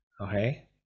Okay